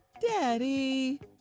Daddy